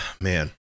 man